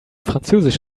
französisch